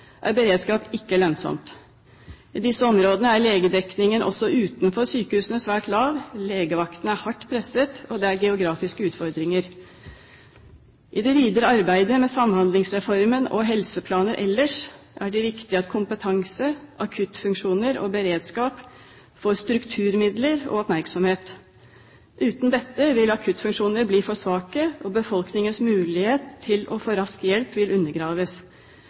er beredskap ikke lønnsomt. I disse områdene er legedekningen også utenfor sykehusene svært lav, legevaktene er hardt presset, og det er geografiske utfordringer. I det videre arbeidet med Samhandlingsreformen og helseplaner ellers er det viktig at kompetanse, akuttfunksjoner og beredskap får strukturmidler og oppmerksomhet. Uten dette vil akuttfunksjoner bli for svake, og befolkningens mulighet til å få hjelp raskt vil undergraves.